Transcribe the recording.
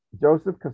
joseph